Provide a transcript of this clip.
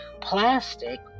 plastic